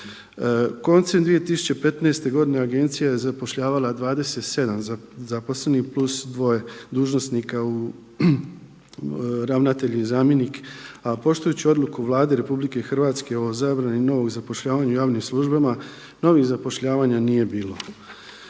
Koncem 2015. godine agencija je zapošljavala 27 zaposlenih plus dvoje dužnosnika, ravnatelj i zamjenik a poštujući odluku Vlade Republike Hrvatske o zabrani novog zapošljavanja u javnim službama novih zapošljavanja nije bilo.